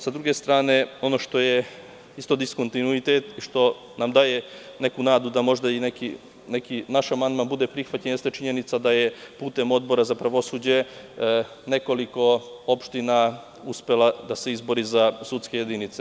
S druge strane, ono što je isto diskontinuitet i što nam daje neku nadu da možda neki naš amandman bude prihvaćen jeste činjenica da je putem Odbora za pravosuđe nekoliko opština uspelo da se izbori za sudske jedinice.